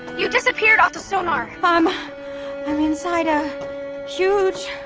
you disappeared off the sonar! um ah i'm inside a huge,